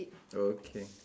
okay